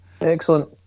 Excellent